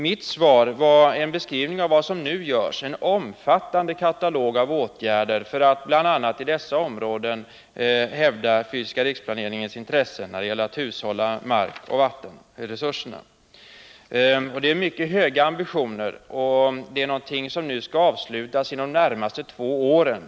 Mitt svar var en beskrivning av vad som nu görs, en omfattande katalog av åtgärder för att bl.a. i dessa områden hävda den fysiska riksplaneringens intressen när det gäller att hushålla med markoch vattenresurserna. Det är mycket höga ambitioner och någonting som nu skall avslutas inom de närmaste två åren.